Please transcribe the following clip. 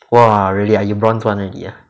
!wah! really ah you bronze [one] already ah